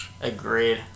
Agreed